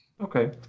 Okay